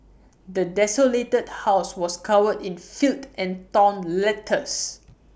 the desolated house was covered in filth and torn letters